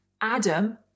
Adam